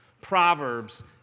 Proverbs